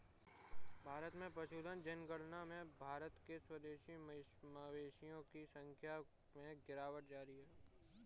भारत में पशुधन जनगणना में भारत के स्वदेशी मवेशियों की संख्या में गिरावट जारी है